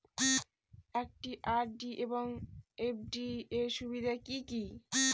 একটি আর.ডি এবং এফ.ডি এর সুবিধা কি কি?